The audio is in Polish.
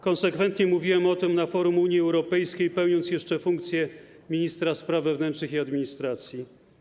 Konsekwentnie mówiłem o tym na forum Unii Europejskiej, pełniąc jeszcze funkcję ministra spraw wewnętrznych i administracji.